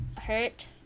hurt